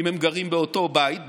אם הם גרים באותו בית,